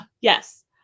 yes